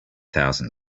thousand